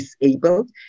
disabled